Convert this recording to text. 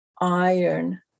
iron